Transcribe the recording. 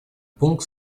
пункт